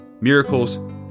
Miracles